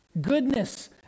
goodness